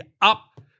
up